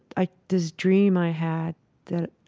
i this dream i had that,